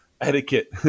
etiquette